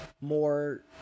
more